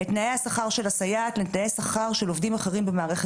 מהרשויות מחייבות את הסייעות בעצמן לעשות את